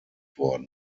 worden